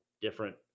different